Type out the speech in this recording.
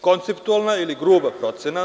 Konceptualna ili gruba procena.